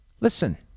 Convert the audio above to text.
listen